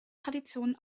tradition